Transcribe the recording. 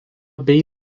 bei